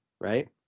right